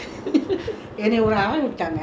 I was in secondary school already lah